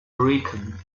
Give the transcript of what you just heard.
rican